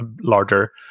larger